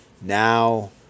now